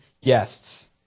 guests